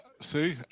see